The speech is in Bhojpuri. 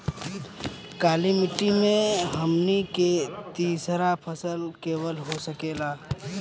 काली मिट्टी में हमनी के तीसरा फसल कवन हो सकेला?